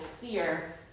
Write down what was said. fear